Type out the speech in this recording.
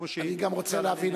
אני גם רוצה להבין,